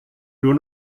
nur